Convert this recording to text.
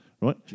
Right